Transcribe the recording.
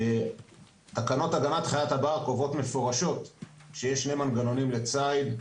תקנות הגנת חיית הבר קובעות מפורשות שיש שני מנגנונים לציד: